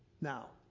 Now